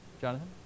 Jonathan